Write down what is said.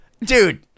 Dude